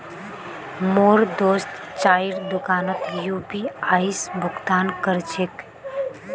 मोर दोस्त चाइर दुकानोत यू.पी.आई स भुक्तान कर छेक